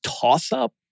toss-up